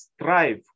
Strive